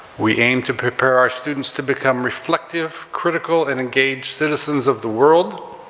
we aim to prepare our students to become reflective critical and engaged citizens of the world.